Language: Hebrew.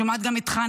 אני שומעת גם את חנה,